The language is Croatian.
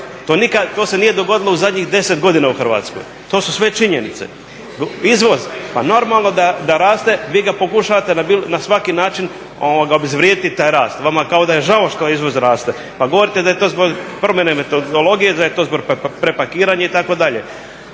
nikad nije dogodilo u zadnjih 10 godina u Hrvatskoj, to su sve činjenice. Izvoz pa normalno da raste, vi ga pokušavate na svaki način obezvrijediti taj rast, vama kao da je žao što izvoz raste pa govorite da je to zbog promjene metodologije, da je to zbog prepakiranja itd.